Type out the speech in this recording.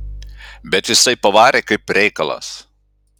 bet jis tai pavarė kaip reikalas